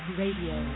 radio